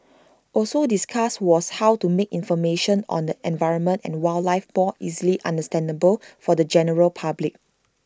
also discussed was how to make information on the environment and wildlife more easily understandable for the general public